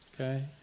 okay